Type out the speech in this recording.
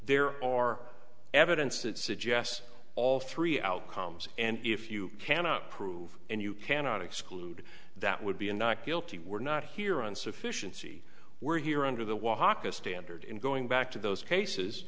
there are evidence that suggests all three outcomes and if you cannot prove and you cannot exclude that would be a not guilty we're not here on sufficiency we're here under the walk a standard in going back to those cases